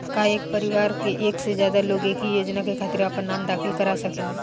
का एक परिवार में एक से ज्यादा लोग एक ही योजना के खातिर आपन नाम दाखिल करा सकेला?